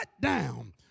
down